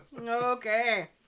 Okay